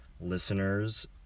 listeners